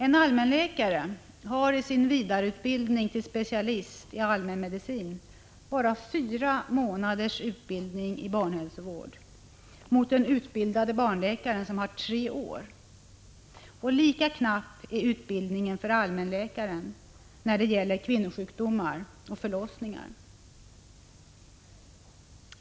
En allmänläkare har i sin vidareutbildning till specialist i allmänmedicin bara fyra månaders utbildning i barnhälsovård mot den utbildade barnläkaren som har tre år. Lika knapp är utbildningen för allmänläkaren när det gäller kvinnosjukdomar och förlossningar.